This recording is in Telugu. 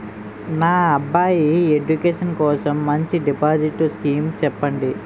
నా అబ్బాయి ఎడ్యుకేషన్ కోసం మంచి డిపాజిట్ స్కీం చెప్పండి